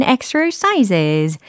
Exercises